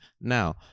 now